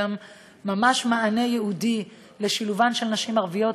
ממש מענה ייעודי לשילובן של נשים ערביות.